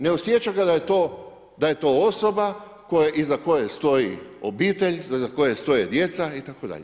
Ne osjeća ga da je to osoba iza koje stoji obitelj, iza koje stoje djeca itd.